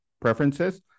preferences